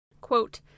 Quote